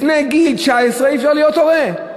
לפני גיל 19 אי-אפשר להיות הורה.